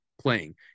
playing